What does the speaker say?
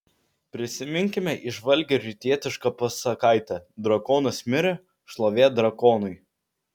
prisiminkime įžvalgią rytietišką pasakaitę drakonas mirė šlovė drakonui